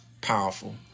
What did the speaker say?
powerful